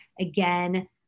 again